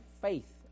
faith